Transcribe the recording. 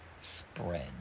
spread